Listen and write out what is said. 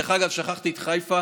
דרך אגב, שכחתי את חיפה.